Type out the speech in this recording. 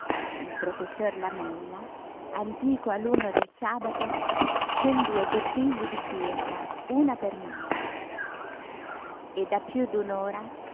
il professor lamella antico alunno del sabato con due bottiglie di birra una per mano e da piú